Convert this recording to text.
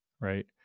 right